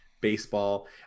baseball